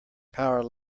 power